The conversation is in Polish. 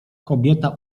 kobieta